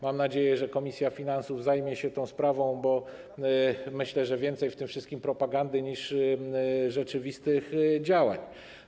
Mam nadzieję, że komisja finansów zajmie się tą sprawą, bo myślę, że więcej w tym wszystkim propagandy niż rzeczywistych działań.